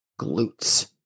glutes